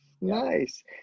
nice